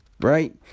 right